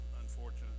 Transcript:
unfortunate